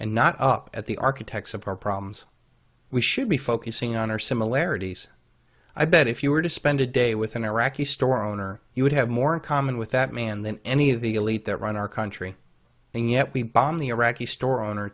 and not up at the architects of our problems we should be focusing on our similarities i bet if you were to spend a day with an iraqi store owner you would have more in common with that man than any of the elite that run our country and yet we bomb the iraqi store owner